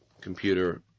computer